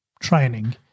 training